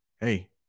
hey